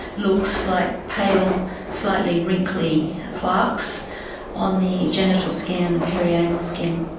looks like pale, slightly wrinkly plaques on the genital skin and the perianal skin.